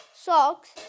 Socks